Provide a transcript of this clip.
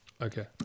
okay